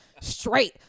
straight